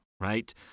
right